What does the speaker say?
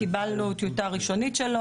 קיבלנו טיוטה ראשונית שלי,